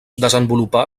desenvolupà